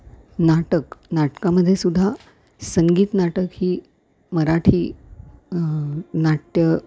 नाटक नाटकामध्ये सुद्धा संगीत नाटक ही मराठी नाट्य